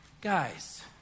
Guys